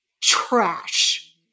trash